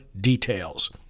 details